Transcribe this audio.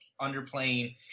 underplaying